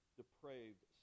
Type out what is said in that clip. depraved